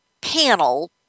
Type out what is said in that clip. panel